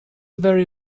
very